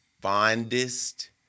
fondest